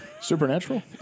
Supernatural